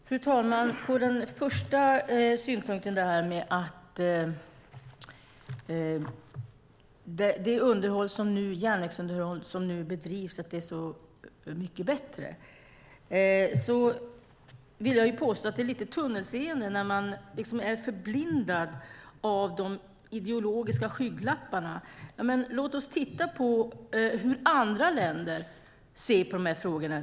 Fru talman! Som svar på den första synpunkten, att det järnvägsunderhåll som nu bedrivs är så mycket bättre, vill jag påstå att det är lite tunnelseende. Man är liksom förblindad av de ideologiska skygglapparna. Låt oss titta på hur andra länder ser på de här frågorna.